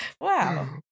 Wow